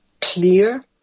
clear